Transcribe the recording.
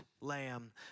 lamb